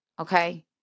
Okay